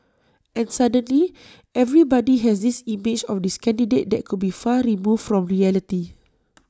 and suddenly everybody has this image of this candidate that could be far removed from reality